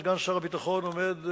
סגן שר הביטחון עומד,